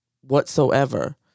whatsoever